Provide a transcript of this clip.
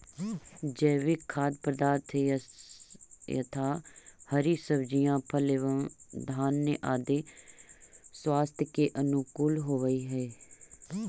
जैविक खाद्य पदार्थ यथा हरी सब्जियां फल एवं धान्य आदि स्वास्थ्य के अनुकूल होव हई